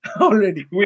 already